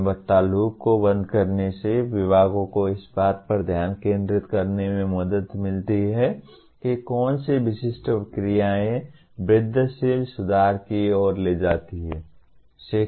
गुणवत्ता लूप को बंद करने से विभागों को इस बात पर ध्यान केंद्रित करने में मदद मिलती है कि कौन सी विशिष्ट क्रियाएं वृद्धिशील सुधार की ओर ले जाती हैं